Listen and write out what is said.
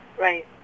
Right